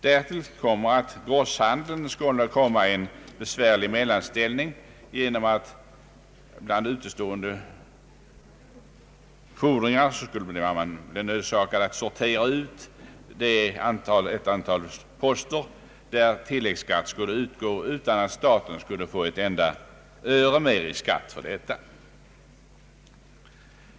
Därtill kommer att grosshandeln skulle hamna i en besvärlig mellanställning genom att man skulle bli nödsakad att bland utestående fordringar sortera ut ett antal poster där tilläggsskatt skulle utgå, utan att staten skulle få ett enda öre med i skatt av detta.